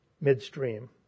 midstream